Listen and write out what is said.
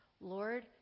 Lord